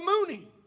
Mooney